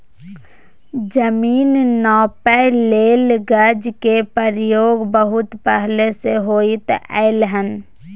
जमीन नापइ लेल गज के प्रयोग बहुत पहले से होइत एलै हन